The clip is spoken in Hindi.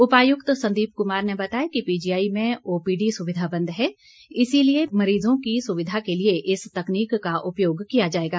उपायुक्त संदीप कुमार ने बताया कि पीजीआई में ओपीडी सुविधा बंद है इसलिए मरीजों की सुविधा के लिए इस तकनीक का उपयोग किया जाएगा